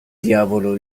diavolo